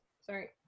sorry